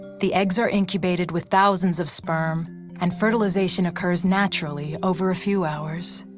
the eggs are incubated with thousands of sperm and fertilization occurs naturally over a few hours.